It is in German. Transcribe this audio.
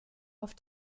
auf